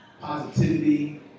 positivity